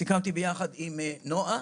סיכמתי ביחד עם נעה.